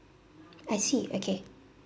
I see okay